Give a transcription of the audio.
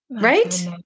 Right